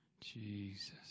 Jesus